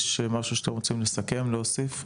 יש משהו שאתם רוצים לסכם או להוסיף?